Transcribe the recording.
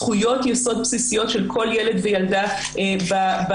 זכויות יסוד בסיסיות של כל ילד וילדה בעולם.